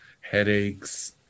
headaches